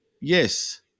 Yes